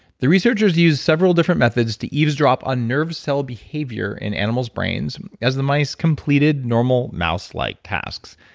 the researchers use several different methods to eavesdrop on nerve cell behavior in animals brains as the mice completed normal mouse-like tasks.